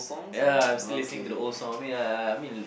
ya I'm still listening to the old song I mean uh I mean